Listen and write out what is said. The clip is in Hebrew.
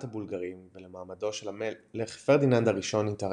הבולגרים ומעמדו של המלך פרדיננד הראשון התערער.